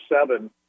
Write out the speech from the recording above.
seven